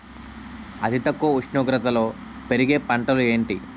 అతి తక్కువ ఉష్ణోగ్రతలో పెరిగే పంటలు ఏంటి?